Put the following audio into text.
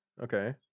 okay